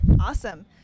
Awesome